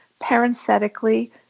Parenthetically